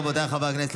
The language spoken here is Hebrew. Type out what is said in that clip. רבותיי חברי הכנסת,